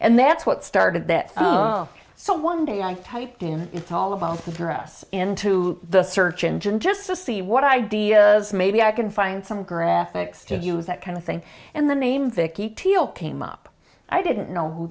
and that's what started that oh so one day i typed in it's all about the dress into the search engine just to see what ideas maybe i can find some graphics to use that kind of thing and the name vicky teal came up i didn't know who